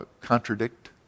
contradict